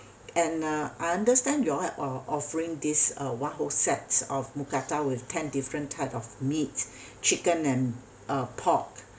and uh I understand y'all are uh offering this uh one whole set of mookata with ten different type of meat chicken and uh pork